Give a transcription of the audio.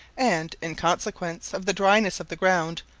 and, in consequence of the dryness of the ground,